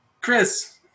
Chris